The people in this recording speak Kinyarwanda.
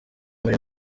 muri